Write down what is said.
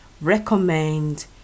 recommend